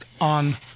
on